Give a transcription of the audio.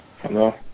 Hello